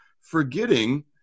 forgetting